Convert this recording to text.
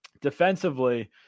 Defensively